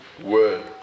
Word